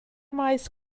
maes